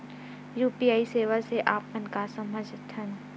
UPI सेवा से आप मन का समझ थान?